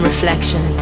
Reflection